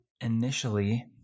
initially